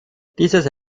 dieses